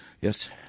yes